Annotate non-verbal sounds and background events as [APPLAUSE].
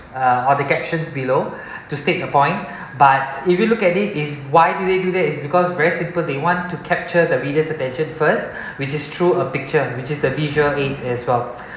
uh the captions below [BREATH] to state a point [BREATH] but if you look at it is why do they do that is because very simple they want to capture the readers attention first which is true a picture which is the visual aid as well